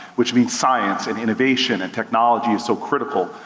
which means science, and innovation, and technology is so critical.